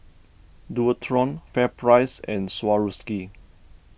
Dualtron FairPrice and Swarovski